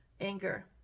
anger